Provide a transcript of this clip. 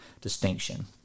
distinction